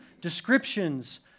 descriptions